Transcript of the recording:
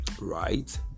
right